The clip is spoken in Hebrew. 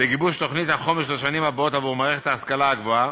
בגיבוש תוכנית החומש לשנים הבאות עבור מערכת ההשכלה הגבוהה.